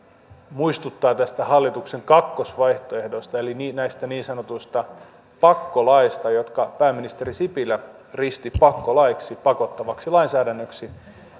muistuttaa tästä hallituksen kakkosvaihtoehdosta eli näistä niin sanotuista pakkolaeista jotka pääministeri sipilä risti pakkolaeiksi pakottavaksi lainsäädännöksi